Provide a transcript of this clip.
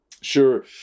Sure